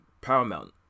Paramount